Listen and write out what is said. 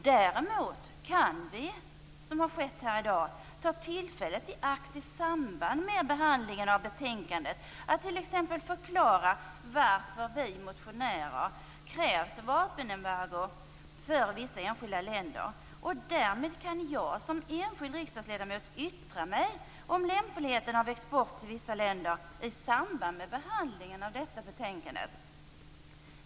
Däremot kan vi, som har skett här i dag, ta tillfället i akt i samband med behandlingen av betänkandet att t.ex. förklara varför vi motionärer krävt vapenembargo för vissa enskilda länder. Därmed kan jag som enskild riksdagsledamot yttra mig om lämpligheten av export till vissa länder i samband med behandlingen av detta betänkande.